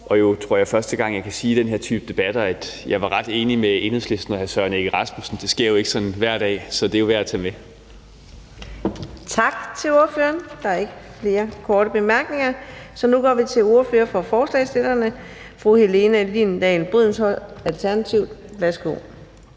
jeg, det er første gang, jeg kan sige i den her type debatter, at jeg var ret enig med Enhedslisten og hr. Søren Egge Rasmussen. Det sker jo ikke sådan hver dag, så det er værd at tage med. Kl. 15:35 Fjerde næstformand (Karina Adsbøl): Tak til ordføreren. Der er ikke flere korte bemærkninger, så nu går vi til ordfører for forslagsstillerne fru Helene Liliendahl Brydensholt, Alternativet. Værsgo.